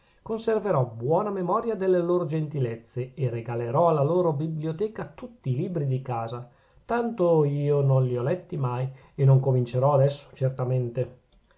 conserverò buona memoria delle loro gentilezze e regalerò alla loro biblioteca tutti i libri di casa tanto io non li ho letti mai e non comincierò adesso certamente